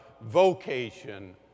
vocation